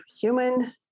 human